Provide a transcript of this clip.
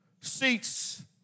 seats